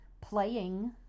playing